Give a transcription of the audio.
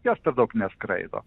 jos per daug neskraido